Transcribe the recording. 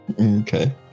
Okay